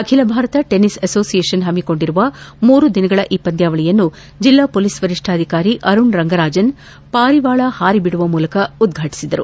ಅಖಿಲ Bharat tennis association ಹಮ್ಮಿಕೊಂಡಿರುವ ಮೂರು ದಿನಗಳ ಈ ಪಂದ್ಯಾವಳಿಯನ್ನು ಜಿಲ್ಲಾ ಮೊಲೀಸ್ ವರಿಷ್ಠಾಧಿಕಾರಿ ಅರುಣ್ ರಂಗರಾಜನ್ ಪಾರಿವಾಳ ಹಾರಿ ಬಿಡುವ ಮೂಲಕ ಉದ್ಘಾಟಿಸಿದರು